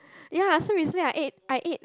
ya so recently I ate I ate